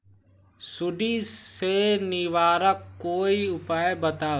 सुडी से निवारक कोई उपाय बताऊँ?